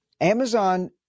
amazon